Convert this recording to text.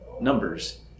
numbers